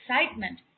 excitement